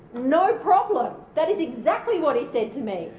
no problem. that is exactly what he said to me.